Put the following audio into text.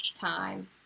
time